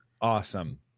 Awesome